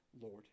Lord